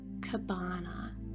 cabana